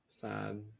Sad